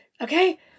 Okay